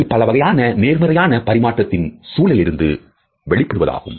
இது பலவகையான நேர்மறையான பரிமாற்றத்தின் சூழலிலிருந்து வெளிப் படுவதாகும்